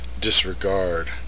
disregard